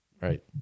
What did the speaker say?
Right